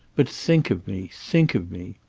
but think of me, think of me!